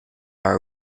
our